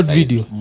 video